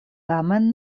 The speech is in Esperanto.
tamen